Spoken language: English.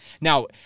Now